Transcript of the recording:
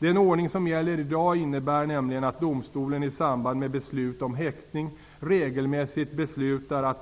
Den ordning som gäller i dag innebär nämligen att domstolen i samband med beslut om häktning regelmässigt beslutar